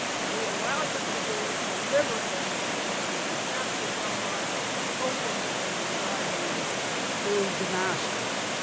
and we allowed them to do it deliberately, so that they could capture palmyra, hoping that they would drive on to damascus.